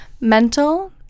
Mental